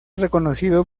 reconocido